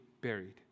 buried